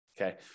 okay